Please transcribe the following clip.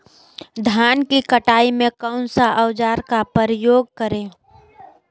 धान की कटाई में कौन सा औजार का उपयोग करे?